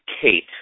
Kate